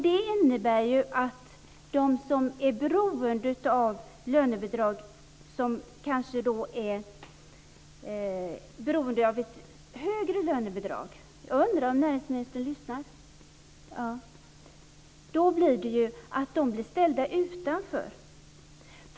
Det innebär att de som är beroende av ett högre lönebidrag - jag undrar om näringsministern lyssnar - blir ställda utanför.